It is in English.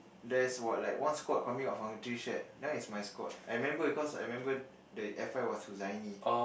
there's what like one squad coming out from the tree shed that is my squad I remembered cause I remembered the F I was Huzaini